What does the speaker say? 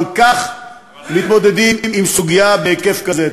אבל כך מתמודדים עם סוגיה בהיקף כזה.